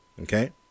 okay